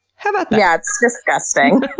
how about that? yeah. it's disgusting.